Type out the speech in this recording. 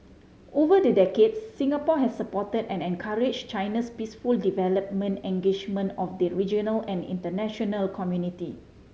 over the decades Singapore has supported and encouraged China's peaceful development engagement of the regional and international community